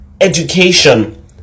education